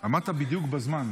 עמדת בדיוק בזמן.